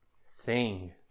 sing